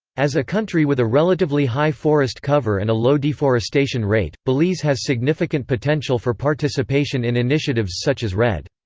as a country with a relatively high forest cover and a low deforestation rate, belize has significant potential for participation in initiatives such as redd.